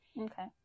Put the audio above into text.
okay